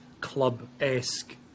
club-esque